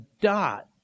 dot